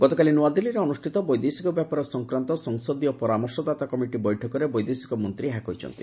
ଗତକାଲି ନୁଆଦିଲ୍ଲୀରେ ଅନୁଷ୍ଠିତ ବୈଦେଶିକ ବ୍ୟାପାର ସଂକ୍ରାନ୍ତ ସଂସଦୀୟ ପରାମର୍ଶଦାତା କମିଟି ବୈଠକରେ ବୈଦେଶିକ ମନ୍ତ୍ରୀ ଏହା କହିଛନ୍ତି